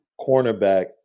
cornerback